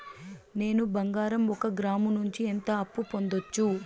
నేను బంగారం ఒక గ్రాము నుంచి ఎంత అప్పు పొందొచ్చు